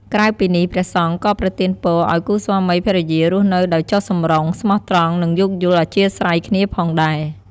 ក្រៅពីនេះ ព្រះសង្ឃក៏ប្រទានពរឲ្យគូស្វាមីភរិយារស់នៅដោយចុះសម្រុង ស្មោះត្រង់ និងយោគយល់អធ្យាស្រ័យគ្នាផងដែរ។